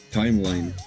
timeline